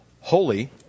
holy